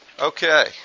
okay